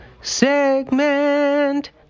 Segment